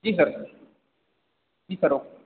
ji sir ji sir okay